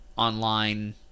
online